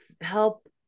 help